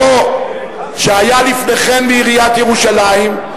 שהיה לפני כן בעיריית ירושלים,